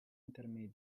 intermedie